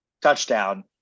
touchdown